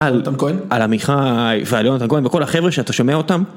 יונתן כהן. על עמיחי ועל יונתן כהן וכל החבר'ה שאתה שומע אותם